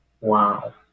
wow